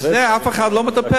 וזה, אף אחד לא מטפל.